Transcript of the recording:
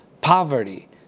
poverty